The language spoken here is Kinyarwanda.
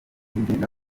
wigenga